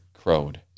crowed